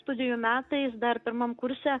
studijų metais dar pirmam kurse